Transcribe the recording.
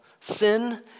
sin